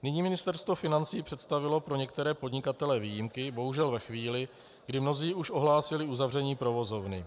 Nyní Ministerstvo financí představilo pro některé podnikatele výjimky, bohužel ve chvíli, kdy mnozí už ohlásili zavření provozovny.